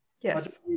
Yes